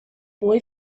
boy